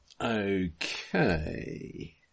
Okay